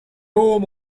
room